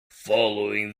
following